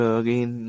again